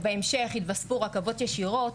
בהמשך יתווספו רכבות ישירות,